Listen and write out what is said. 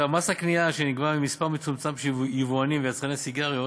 מס הקנייה נגבה ממספר מצומצם של יבואנים ויצרני סיגריות,